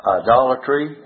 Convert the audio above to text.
idolatry